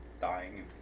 dying